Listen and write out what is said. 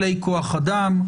כלי כוח-אדם,